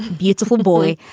beautiful boy.